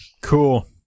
Cool